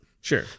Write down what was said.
Sure